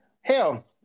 hell